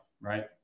Right